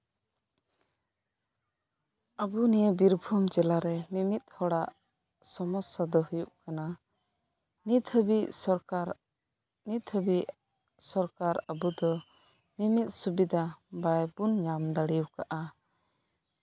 ᱟᱵᱚ ᱱᱤᱭᱟᱹ ᱵᱤᱨᱵᱷᱩᱢ ᱡᱮᱞᱟ ᱨᱮ ᱢᱤᱢᱤᱫ ᱦᱚᱲᱟᱜ ᱥᱚᱢᱚᱥᱥᱟ ᱫᱚ ᱦᱳᱭᱳᱜ ᱠᱟᱱᱟ ᱱᱤᱛ ᱦᱟᱹᱵᱤᱡ ᱥᱚᱨᱠᱟᱨ ᱱᱤᱛ ᱦᱟᱹᱵᱤᱡ ᱥᱚᱨᱠᱟᱨ ᱟᱵᱚ ᱫᱚ ᱢᱤᱢᱤᱫ ᱥᱩᱵᱤᱫᱷᱟ ᱵᱟᱵᱚᱱ ᱧᱟᱢ ᱫᱟᱲᱮ ᱟᱠᱟᱫᱼᱟ